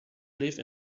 live